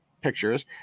pictures